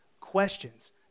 questions